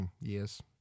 Yes